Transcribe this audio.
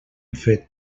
fet